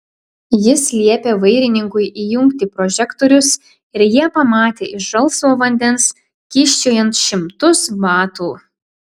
jis liepė vairininkui įjungti prožektorius ir jie pamatė iš žalsvo vandens kyščiojant šimtus batų